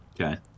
Okay